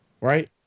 right